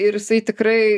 ir jisai tikrai